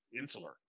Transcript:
insular